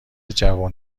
جوون